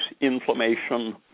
inflammation